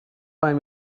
find